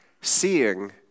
Seeing